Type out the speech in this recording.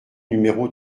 numéro